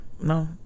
No